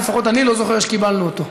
לפחות אני לא זוכר שקיבלנו אותו.